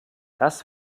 das